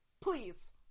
please